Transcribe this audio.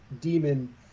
demon